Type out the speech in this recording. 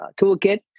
Toolkit